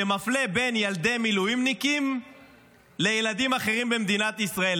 שמפלה בין ילדי מילואימניקים לילדים אחרים במדינת ישראל?